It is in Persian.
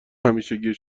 همیشگی